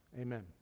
Amen